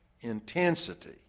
intensity